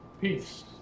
Peace